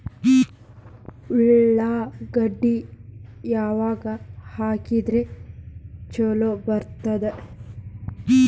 ಉಳ್ಳಾಗಡ್ಡಿ ಯಾವಾಗ ಹಾಕಿದ್ರ ಛಲೋ ಬರ್ತದ?